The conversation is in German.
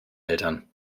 eltern